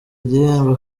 gihembo